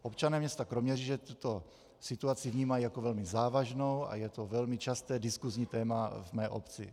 Občané města Kroměříže tuto situaci vnímají jako velmi závažnou a je to velmi časté diskusní téma v mé obci.